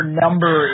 number